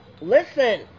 listen